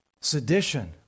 Sedition